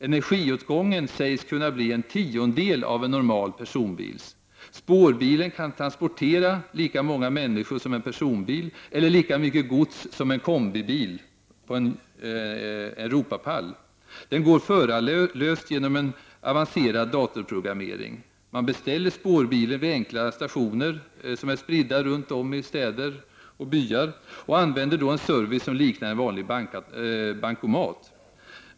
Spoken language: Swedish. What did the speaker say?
Energiåtgången sägs kunna bli en tiondel av energiåtgången hos en normal personbil. Spårbilen kan transportera lika många människor som en personbil, eller lika mycket gods på en Europapall som en kombibil. Den går förarlöst tack vare en avancerad datorprogrammering. Man beställer spårbilen vid enkla stationer spridda i städer och byar och använder sig då av en service som liknar en vanlig bankomat.